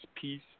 peace